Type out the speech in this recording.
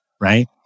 right